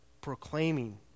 proclaiming